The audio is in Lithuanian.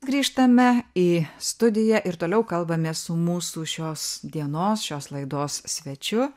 grįžtame į studiją ir toliau kalbamės su mūsų šios dienos šios laidos svečiu